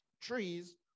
trees